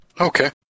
Okay